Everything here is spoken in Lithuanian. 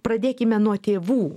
pradėkime nuo tėvų